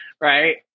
Right